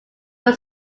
your